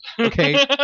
okay